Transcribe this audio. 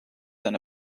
than